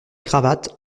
cravate